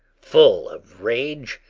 full of rage,